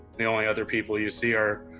the only other people you see are,